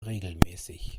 regelmäßig